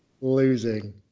losing